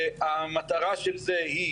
המטרה של זה היא,